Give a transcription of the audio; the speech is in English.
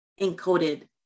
encoded